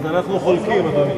אז אנחנו חולקים, אדוני.